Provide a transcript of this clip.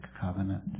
covenant